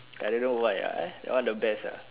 I don't know why ya uh that one the best ah